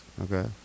Okay